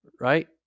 right